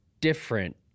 different